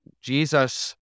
Jesus